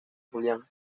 julián